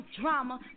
Drama